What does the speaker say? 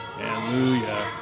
hallelujah